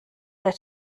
der